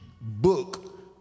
book